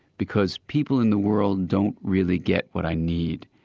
because people in the world don't really get what i need.